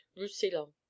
Roussillon